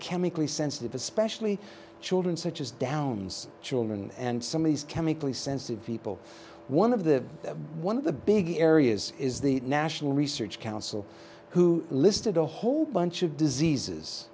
chemically sensitive especially children such as down's children and some of these chemically sensitive people one of the one of the big areas is the national research council who listed a whole bunch of diseases